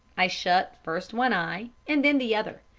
i shut first one eye and then the other,